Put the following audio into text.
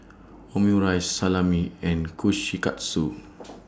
Omurice Salami and Kushikatsu